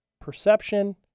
perception